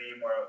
more